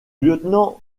lieutenant